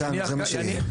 מצאנו, זה מה שיהיה.